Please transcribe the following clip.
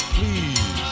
Please